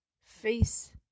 face